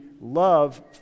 Love